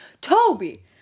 Toby